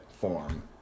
form